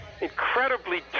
incredibly